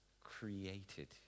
created